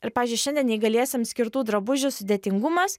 ir pavyzdžiui šiandien neįgaliesiems skirtų drabužių sudėtingumas